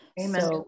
Amen